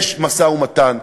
יש משא-ומתן.